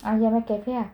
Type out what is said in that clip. ah ya mac cafe ah